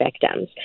victims